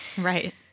Right